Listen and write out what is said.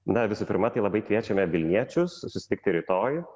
na visų pirma tai labai kviečiame vilniečius susitikti rytoj